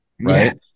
Right